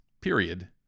period